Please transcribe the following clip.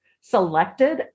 selected